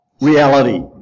reality